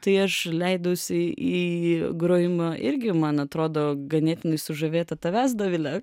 tai aš leidausi į grojimą irgi man atrodo ganėtinai sužavėta tavęs dovile